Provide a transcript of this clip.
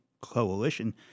Coalition